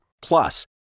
Plus